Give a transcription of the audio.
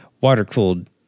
water-cooled